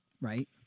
Right